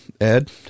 Ed